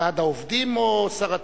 ועד העובדים או שר התחבורה?